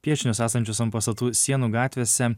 piešinius esančius ant pastatų sienų gatvėse